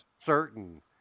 certain